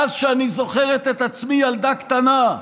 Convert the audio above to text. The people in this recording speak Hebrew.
מאז שאני זוכרת את עצמי ילדה קטנה,